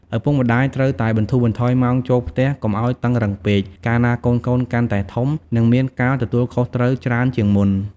ឪពុកម្តាយត្រូវតែបន្ថូរបន្ថយម៉ោងចូលផ្ទះកុំឱ្យតឹងរឹងពេក កាលណាកូនៗកាន់តែធំ និងមានការទទួលខុសត្រូវច្រើនជាងមុន។